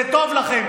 זה טוב לכם,